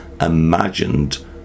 imagined